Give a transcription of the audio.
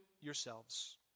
yourselves